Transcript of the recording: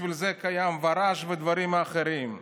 בשביל זה קיימים ור"ש והדברים האחרים.